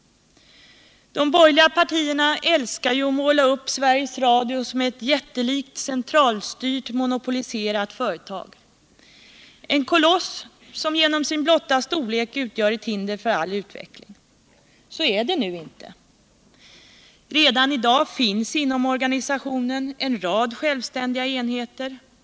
De borgerliga partierna älskar att måla upp Sveriges Radio som ett jättelikt, centralstyrt, monopoliserat företag, en koloss som genom sin blotta storlek utgör ett hinder för all utveckling. Så är det nu inte. Redan i dag finns det inom organisationen en rad relativt självständiga enheter.